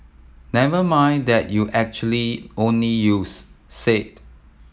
never mind that you actually only use said